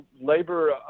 labor